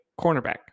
cornerback